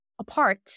apart